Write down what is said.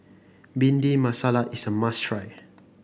Bhindi Masala is a must try